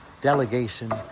delegation